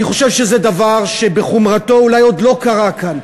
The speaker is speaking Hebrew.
אני חושב שזה דבר שבחומרתו אולי עוד לא קרה כאן.